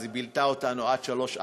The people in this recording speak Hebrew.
אז היא בילתה אתנו עד 04:00-03:00.